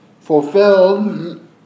fulfilled